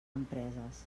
empreses